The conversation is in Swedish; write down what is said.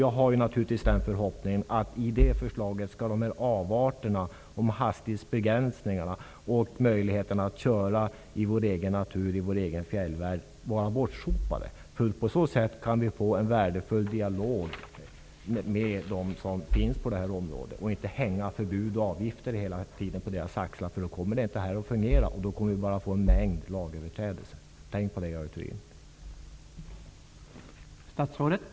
Jag har naturligtvis den förhoppningen att i detta förslag besynnerligheter som hastighetsbegränsningar och inskränkningar i våra möjligheter att köra i vår egen natur och fjällvärld skall vara bortsopade. På det sättet kan vi få till stånd en värdefull dialog med dem som finns på detta område. Vi skall inte hela tiden lägga förbud och avgifter på människors axlar -- då kommer det inte att fungera. Då får vi bara en mängd lagöverträdelser. Tänk på det, Görel Thurdin!